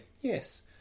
Yes